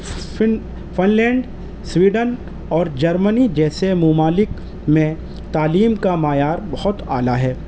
فن Finland Sweden اور Germany جیسے ممالک میں تعلیم کا معیار بہت اعلیٰ ہے